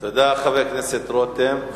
תודה, חבר הכנסת רותם.